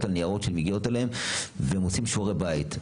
על ניירות שמגיעים אליהם והם עושים שיעורי בית.